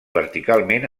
verticalment